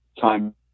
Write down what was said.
time